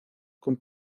con